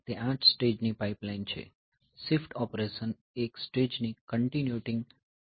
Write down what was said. તે 8 સ્ટેજની પાઇપલાઇન છે શિફ્ટ ઓપરેશન એક સ્ટેજ ની કન્સ્ટિટ્યુટીંગ કરી રહી છે